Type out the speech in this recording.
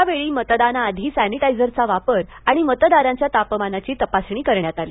यावेळी मतदानाआधी सॅनिटायजरचा वापर आणि मतदारांच्या तापमानाची तपासणी करण्यात आली